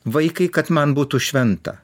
vaikai kad man būtų šventa